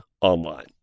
online